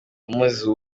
amuziza